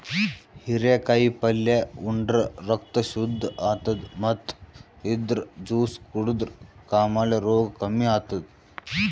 ಹಿರೇಕಾಯಿ ಪಲ್ಯ ಉಂಡ್ರ ರಕ್ತ್ ಶುದ್ದ್ ಆತದ್ ಮತ್ತ್ ಇದ್ರ್ ಜ್ಯೂಸ್ ಕುಡದ್ರ್ ಕಾಮಾಲೆ ರೋಗ್ ಕಮ್ಮಿ ಆತದ್